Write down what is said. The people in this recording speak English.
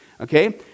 okay